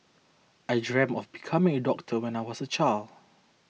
I dreamt of becoming a doctor when I was a child